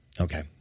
okay